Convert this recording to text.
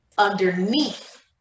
underneath